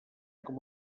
com